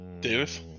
Davis